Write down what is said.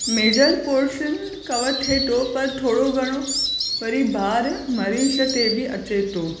major portion cover थिए थो पर थोरो घणो वरी भार मरीज़ ते बि अचे थो